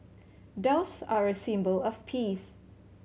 doves are a symbol of peace